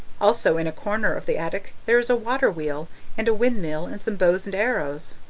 also in a corner of the attic there is a water wheel and a windmill and some bows and arrows.